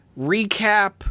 recap